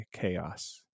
chaos